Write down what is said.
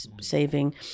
saving